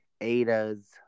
Ada's